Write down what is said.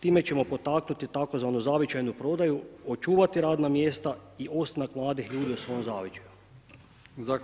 Time ćemo potaknuti tzv. zavičajnu prodaju, očuvati radna mjesta i ostanak mladih ljudi u svom zaleđu.